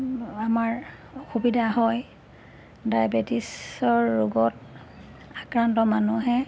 আমাৰ অসুবিধা হয় ডায়েবেটিছৰ ৰোগত আক্ৰান্ত মানুহে